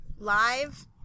Live